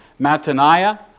Mataniah